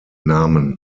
namen